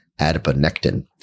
adiponectin